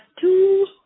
Two